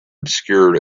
obscured